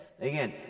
Again